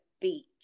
Beach